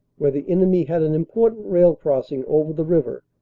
where the enemy had an important rail crossing over the river,